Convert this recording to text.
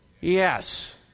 yes